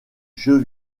jeu